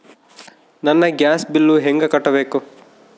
ನನ್ನ gas bill ಹೆಂಗ ಕಟ್ಟಬೇಕು?